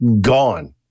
gone